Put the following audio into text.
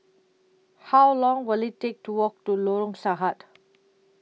How Long Will IT Take to Walk to Lorong Sahad